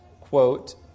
quote